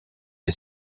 les